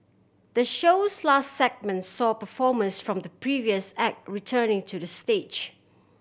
the show's last segment saw performers from the previous act returning to the stage